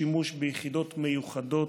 שימוש ביחידות מיוחדות,